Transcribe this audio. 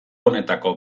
honetako